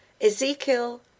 Ezekiel